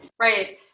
Right